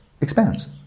expands